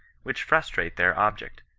which frustrate their object,